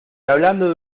hablando